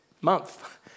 month